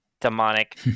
demonic